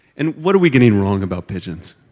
and what are we getting wrong about pigeons?